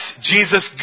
Jesus